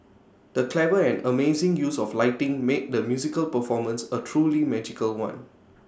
the clever and amazing use of lighting made the musical performance A truly magical one